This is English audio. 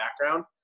background